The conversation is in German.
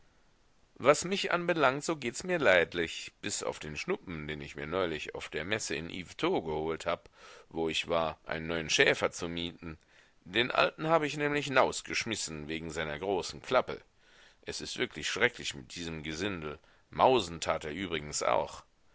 was mich anbelangt so gehts mir leidlig bis auf den schnuppen den ich mir neulig auf der messe in yvetot geholt hab wo ich war einen neuen schäfer zu mieten den alten hab ich nämlig nausgeschmisen wegen seiner grosen klape es is wirklig schrecklig mit diesen gesindel mausen tat er übrigens auch